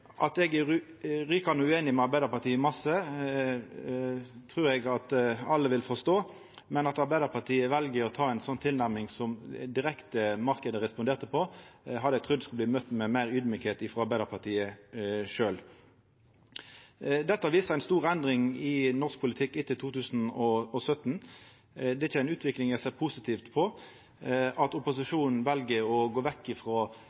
At eg er rykande ueinig med Arbeidarpartiet i mykje, trur eg at alle vil forstå, men at Arbeidarpartiet vel å ta ei slik tilnærming som marknaden responderte direkte på, hadde eg trudd at ein skulle møta meir audmjukt frå Arbeidarpartiet sjølv. Dette viser ei stor endring i norsk politikk etter 2017. Det er ikkje ei utvikling eg ser positivt på, at opposisjonen vel å gå vekk